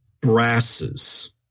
brasses